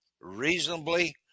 reasonably